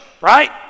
right